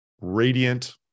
radiant